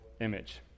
image